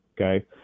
okay